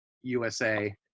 USA